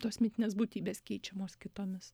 tos mitinės būtybės keičiamos kitomis